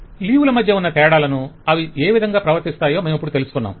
vendor లీవ్ ల మధ్య ఉన్న తేడాలను అవి ఏ విధంగా ప్రవర్తిస్తాయో మేము ఇప్పుడు తెలుసుకున్నాం